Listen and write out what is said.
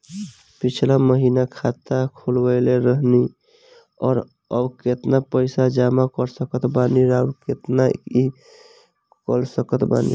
पिछला महीना खाता खोलवैले रहनी ह और अब केतना पैसा जमा कर सकत बानी आउर केतना इ कॉलसकत बानी?